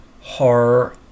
horror